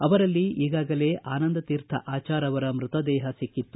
ಅವರಲ್ಲಿ ಈಗಾಗಲೇ ಆನಂದ ತೀರ್ಥ ಆಚಾರ ಅವರ ಮೃತ ದೇಹ ಸಿಕ್ಕಿತ್ತು